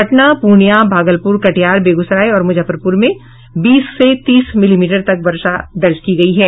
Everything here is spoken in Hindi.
पटना पूर्णियां भागलपूर कटिहार बेगूसराय और मुजफ्फरपूर में बीस से तीस मिलीमीटर तक वर्षा दर्ज की गयी है